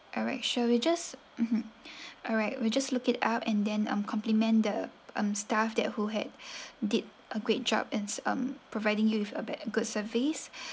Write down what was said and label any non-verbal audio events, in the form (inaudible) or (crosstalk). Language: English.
alright sure we'll just mmhmm alright we'll just look it up and then um compliment the um staff that who had (breath) did a great job and um providing you with a good service